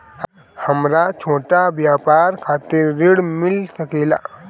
हमरा छोटा व्यापार खातिर ऋण मिल सके ला?